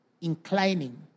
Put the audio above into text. inclining